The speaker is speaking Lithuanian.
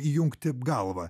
įjungti galvą